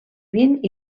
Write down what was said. vint